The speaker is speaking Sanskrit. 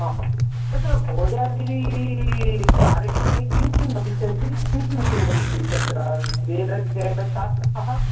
तत्र कोजागिरीकार्यक्रमे किं किं भविष्यति किं किं कुर्वन्ति तत्र वेदाध्ययनछात्राः